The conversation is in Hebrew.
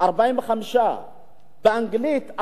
45. באנגלית,